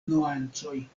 nuancoj